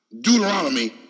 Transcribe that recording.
Deuteronomy